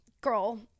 girl